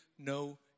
No